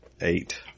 eight